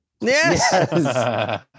Yes